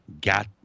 got